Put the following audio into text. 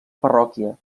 parròquia